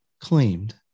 claimed